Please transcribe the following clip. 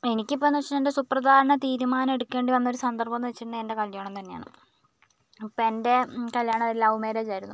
എനിക്കിപ്പോന്ന് വെച്ചിട്ടുണ്ടേൽ എൻ്റെ സുപ്രധാന തീരുമാനം എടുക്കേണ്ടി വന്നൊരു സന്ദർഭം എന്ന് വെച്ചിട്ടുണ്ടെങ്കിൽ എൻ്റെ കല്യാണം തന്നെയാണ് അപ്പോൾ എൻ്റെ കല്യാണം ഒരു ലവ് മാരേജായിരുന്നു